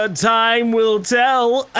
ah time will tell! ah